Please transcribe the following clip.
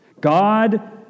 God